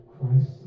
Christ